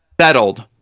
settled